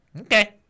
Okay